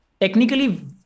technically